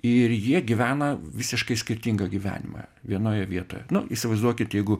ir jie gyvena visiškai skirtingą gyvenimą vienoje vietoje nu įsivaizduokit jeigu